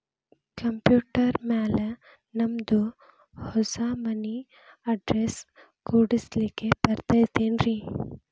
Computer ಮ್ಯಾಲೆ ನಮ್ದು ಹೊಸಾ ಮನಿ ಅಡ್ರೆಸ್ ಕುಡ್ಸ್ಲಿಕ್ಕೆ ಬರತೈತ್ರಿ?